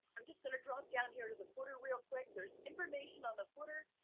i'm just going to drop down here to the footer real quick. there's information on the footer